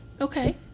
Okay